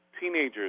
Teenagers